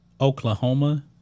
Oklahoma